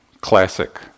classic